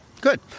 Good